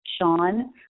Sean